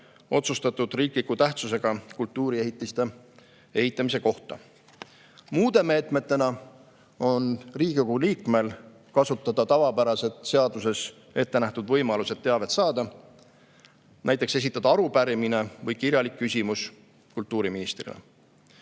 otsustatud riikliku tähtsusega kultuuriehitiste ehitamise kohta. Muude meetmetena on Riigikogu liikmel kasutada tavapärased seaduses ettenähtud võimalused teavet saada, näiteks arupärimise või kirjaliku küsimuse esitamine kultuuriministrile.